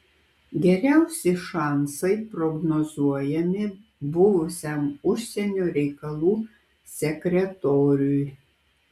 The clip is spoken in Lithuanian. geriausi šansai prognozuojami buvusiam užsienio reikalų sekretoriui